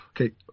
Okay